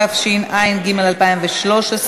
התשע"ג 2013,